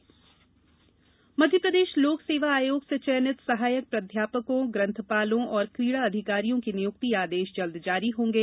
नियुक्ति आदेश मध्यप्रदेश लोक सेवा आयोग से चयनित सहायक प्राध्यापकों ग्रंथपालों और क्रीड़ा अधिकारियों के नियुक्ति आदेश जल्द जारी होंगे